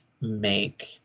make